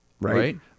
right